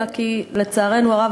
לצערנו הרב,